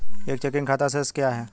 एक चेकिंग खाता शेष क्या है?